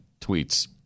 tweets